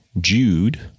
Jude